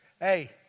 Hey